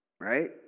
Right